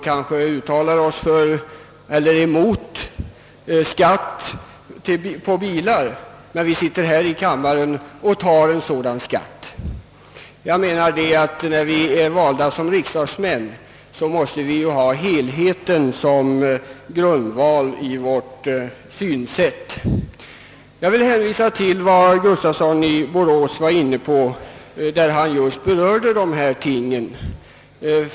Dessa uttalar kanske sig emot skatt på bilar, men när vi sitter här i kammaren godtar vi en sådan skatt. När vi är valda till riksdagsmän måste vi ju ha helheten som grundval för vårt synsätt. Jag vill hänvisa till vad herr Gustafsson i Borås sade i fråga om dessa ting.